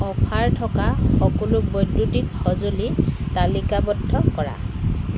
offer থকা সকলো বৈদ্যুতিক সঁজুলি তালিকাবদ্ধ কৰা